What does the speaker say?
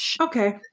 okay